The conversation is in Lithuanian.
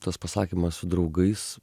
tas pasakymas su draugais